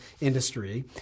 industry